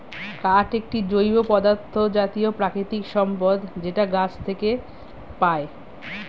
কাঠ একটি জৈব পদার্থ জাতীয় প্রাকৃতিক সম্পদ যেটা গাছ থেকে পায়